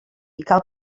cal